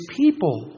people